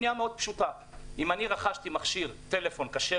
פנייה מאוד פשוטה של מישהו שרכש מכשיר טלפון כשר